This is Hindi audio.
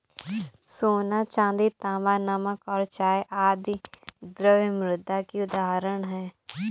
सोना, चांदी, तांबा, नमक और चाय आदि द्रव्य मुद्रा की उदाहरण हैं